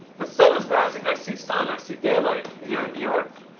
the sun is rising. i see sun. i see daylight here in new york.